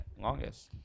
longest